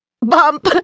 Bump